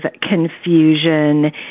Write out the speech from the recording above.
confusion